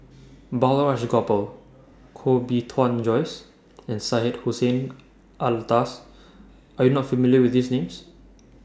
Balraj Gopal Koh Bee Tuan Joyce and Syed Hussein Alatas Are YOU not familiar with These Names